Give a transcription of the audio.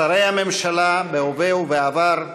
שרי הממשלה בהווה ובעבר,